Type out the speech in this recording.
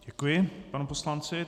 Děkuji panu poslanci.